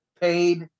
paid